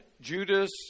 Judas